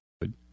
good